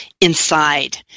inside